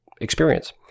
experience